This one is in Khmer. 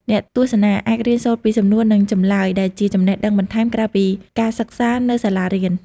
អ្នកទស្សនាអាចរៀនសូត្រពីសំណួរ និងចម្លើយដែលជាចំណេះដឹងបន្ថែម ក្រៅពីការសិក្សានៅសាលារៀន។។